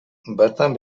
bertan